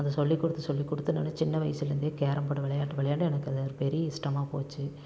அது சொல்லிக்கொடுத்து சொல்லிக்கொடுத்து என்னோட சின்ன வயசுலேருந்து எனக்கு கேரம் போர்டு விளையாண்டு விளையாண்டு எனக்கு அது ஒரு பெரிய இஷ்டமாக போச்சு